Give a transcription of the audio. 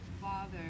father